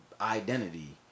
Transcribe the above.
identity